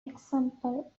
example